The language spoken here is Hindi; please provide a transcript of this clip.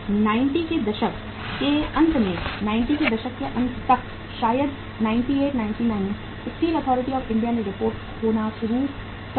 90 के दशक के अंत तक 90 के दशक के अंत तक शायद 98 99 स्टील अथॉरिटी ऑफ इंडिया ने रिपोर्ट खोना शुरू कर दिया